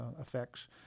effects